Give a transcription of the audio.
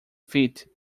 feet